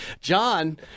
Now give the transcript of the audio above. John